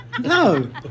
No